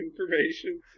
information